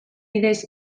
bidez